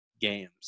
games